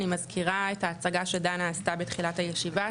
אני מזכירה את ההצגה שדנה עשתה בתחילת הישיבה,